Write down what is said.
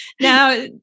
now